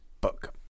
book